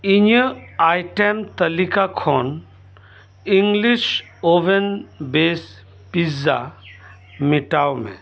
ᱤᱧᱟᱹᱜ ᱟᱭᱴᱮᱢ ᱛᱟᱹᱞᱤᱠᱟ ᱠᱷᱚᱱ ᱤᱝᱞᱤᱥ ᱚᱵᱷᱮᱱ ᱵᱮᱥ ᱯᱤᱡᱡᱟ ᱢᱮᱴᱟᱣ ᱢᱮ